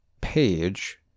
page